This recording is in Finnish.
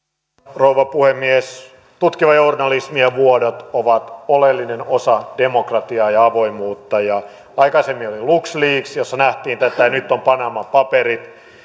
rouva puhemies tutkiva journalismi ja vuodot ovat oleellinen osa demokratiaa ja avoimuutta aikaisemmin oli lux leaks jossa nähtiin tätä ja nyt on panama paperit